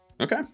Okay